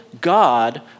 God